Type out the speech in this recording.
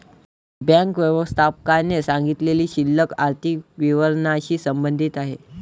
bank व्यवस्थापकाने सांगितलेली शिल्लक आर्थिक विवरणाशी संबंधित आहे